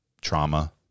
trauma